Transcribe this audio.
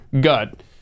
gut